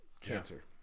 cancer